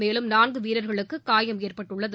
மேலும் நான்கு வீரர்களுக்கு காயம் ஏற்பட்டுள்ளது